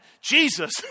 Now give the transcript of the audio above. Jesus